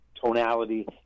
tonality